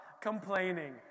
complaining